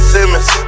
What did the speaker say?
Simmons